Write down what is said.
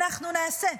אנחנו נעשה.